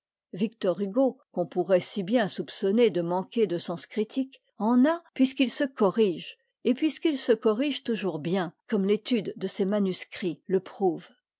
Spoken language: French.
victor hugo qu'on pourrait si bien soupçonner de manquer de sens critique en a puisqu'il se corrige et puisqu'il se corrige toujours bien comme l'étude de ses manuscrits le prouve